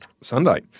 Sunday